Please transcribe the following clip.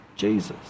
Jesus